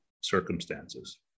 circumstances